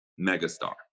megastar